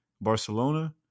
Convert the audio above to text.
Barcelona